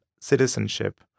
citizenship